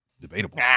Debatable